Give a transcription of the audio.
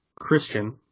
Christian